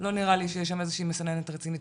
לא נראה לי שיש שם איזושהי מסננת רצינית.